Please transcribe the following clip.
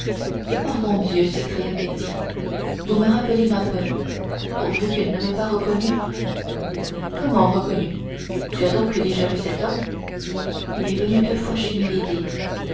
oh mon dieu s'écria ketty vous me rappelez ma peur pourvu qu'il ne m'ait pas reconnue comment reconnue tu as donc déjà vu cet homme il est venu deux fois chez